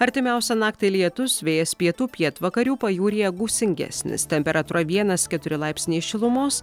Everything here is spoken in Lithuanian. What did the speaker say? artimiausią naktį lietus vėjas pietų pietvakarių pajūryje gūsingesnis temperatūra vienas keturi laipsniai šilumos